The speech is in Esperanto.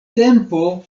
tempo